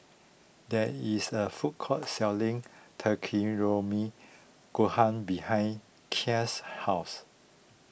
there is a food court selling Takikomi Gohan behind Kiel's house